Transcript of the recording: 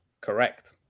Correct